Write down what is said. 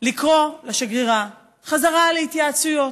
לקרוא לשגרירה חזרה להתייעצויות.